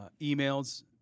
emails